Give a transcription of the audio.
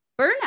burnout